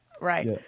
right